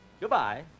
Goodbye